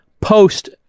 post